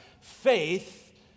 faith